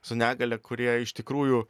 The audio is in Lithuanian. su negalia kurie iš tikrųjų